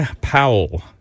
Powell